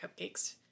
cupcakes